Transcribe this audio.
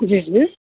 جی جی